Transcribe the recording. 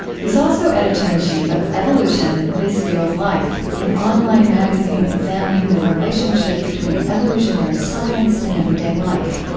he's also editor-in-chief of evolution this view of life an online magazine examining the relationship between evolutionary science and everyday life.